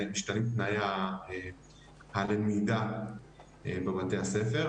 משתנים תנאי הלמידה בבתי הספר,